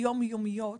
היום יומיות,